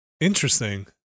interesting